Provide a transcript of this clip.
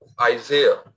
isaiah